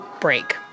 break